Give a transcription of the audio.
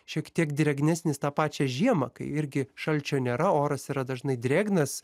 šiek tiek drėgnesnis tą pačią žiemą kai irgi šalčio nėra oras yra dažnai drėgnas